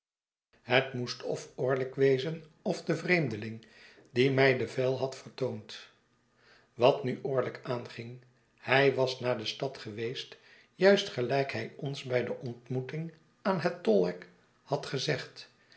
het moest of orlick wezen f de vreemdeling die mij de vijl had vertoond wat nu orlick aanging hij was naar de stad geweest juist gelijk hij ons bij de ontmoeting aan het tolhek had gezegd